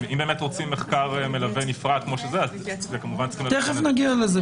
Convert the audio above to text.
אם רוצים מחקר מלווה נפרד- -- תכף נגיע לזה.